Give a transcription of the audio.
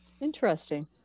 interesting